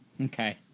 Okay